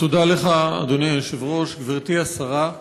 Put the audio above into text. תודה לך, אדוני היושב-ראש, גברתי השרה,